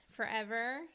Forever